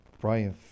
Brian